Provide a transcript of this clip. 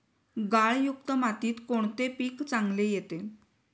गाळयुक्त मातीत कोणते पीक चांगले येते?